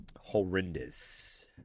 Horrendous